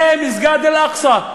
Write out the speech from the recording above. זה מסגד אל-אקצא.